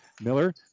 Miller